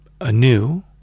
anew